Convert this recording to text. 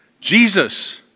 Jesus